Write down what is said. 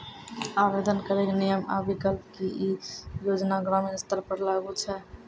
आवेदन करैक नियम आ विकल्प? की ई योजना ग्रामीण स्तर पर लागू छै?